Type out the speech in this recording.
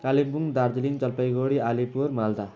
Kalimpong Darjeeling Jalpaiguri Alipur Malda